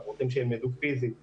אנחנו רוצים שהם ילמדו פיזית בכיתות,